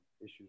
issues